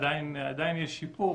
עדיין יש שיפור,